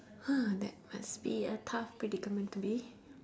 !huh! that must be a tough predicament to be